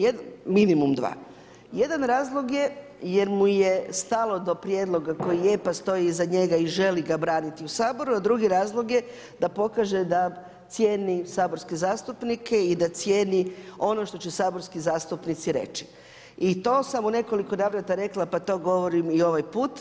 Jedan razlog je jer mu je stalo do prijedloga koji je pa stoji iza njega i želi ga braniti u Saboru, a drugi razlog je da pokaže da cijeni saborske zastupnike i da cijeni ono što će saborski zastupnici reći i to sam u nekoliko navrata rekla pa to govorim i ovaj put.